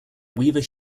weaver